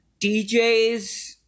djs